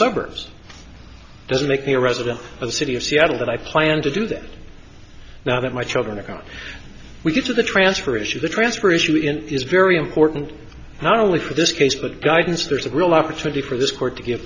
suburbs doesn't make me a resident of the city of seattle that i plan to do that now that my children are gone we get to the transfer issue the transfer issue in is very important not only for this case but guidance there's a real opportunity for this court to give